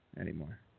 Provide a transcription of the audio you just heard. anymore